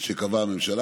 שקבעה הממשלה,